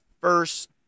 first